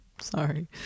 Sorry